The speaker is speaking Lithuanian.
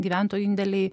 gyventojų indėliai